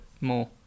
more